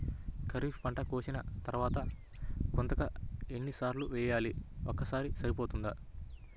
ఖరీఫ్ పంట కోసిన తరువాత గుంతక ఎన్ని సార్లు వేయాలి? ఒక్కసారి సరిపోతుందా?